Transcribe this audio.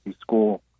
school